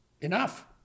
enough